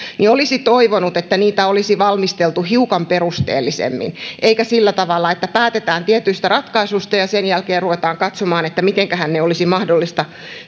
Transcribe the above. niin olisi toivonut että niitä olisi valmisteltu hiukan perusteellisemmin eikä sillä tavalla että päätetään tietyistä ratkaisuista ja sen jälkeen ruvetaan katsomaan mitenkähän ne olisi mahdollista